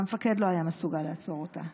והמפקד לא היה מסוגל לעצור אותה.